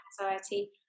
anxiety